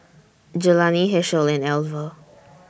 Jelani Hershel and Alver